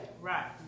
Right